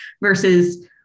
versus